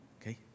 okay